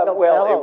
ah well,